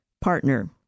partner